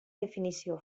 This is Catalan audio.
definició